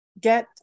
get